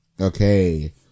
Okay